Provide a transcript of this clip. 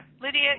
Lydia